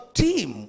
team